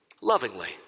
lovingly